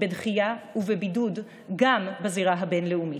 בדחייה ובבידוד גם בזירה הבין-לאומית.